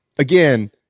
Again